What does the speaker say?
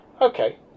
Okay